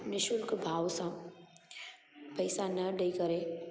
निःशुल्क भाव सां पैसा न ॾेई करे